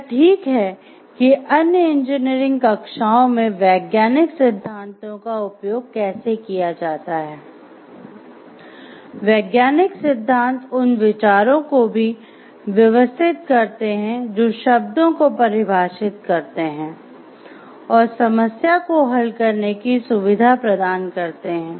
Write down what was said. यह ठीक है कि अन्य इंजीनियरिंग कक्षाओं में वैज्ञानिक सिद्धांतों का उपयोग कैसे किया जाता है वैज्ञानिक सिद्धांत उन विचारों को भी व्यवस्थित करते हैं जो शब्दों को परिभाषित करते हैं और समस्या को हल करने की सुविधा प्रदान करते हैं